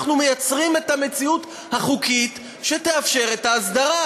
אנחנו מייצרים את המציאות החוקית שתאפשר את ההסדרה.